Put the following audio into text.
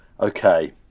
Okay